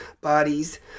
bodies